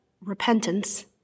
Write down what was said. repentance